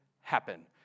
happen